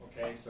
Okay